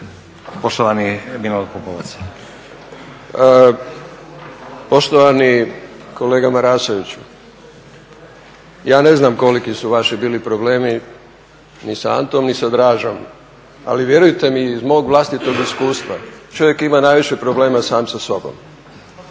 poštovani Milorad Pupovac.